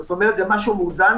זה משהו מאוזן.